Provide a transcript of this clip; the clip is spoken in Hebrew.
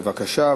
בבקשה,